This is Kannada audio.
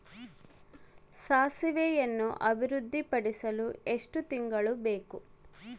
ಸಾಸಿವೆಯನ್ನು ಅಭಿವೃದ್ಧಿಪಡಿಸಲು ಎಷ್ಟು ತಿಂಗಳು ಬೇಕು?